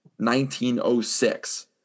1906